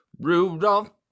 rudolph